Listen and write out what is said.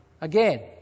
again